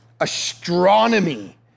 astronomy